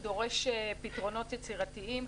הוא דורש פתרונות יצירתיים.